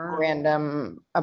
random